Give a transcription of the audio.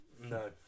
No